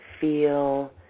feel